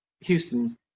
houston